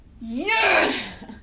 Yes